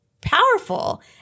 powerful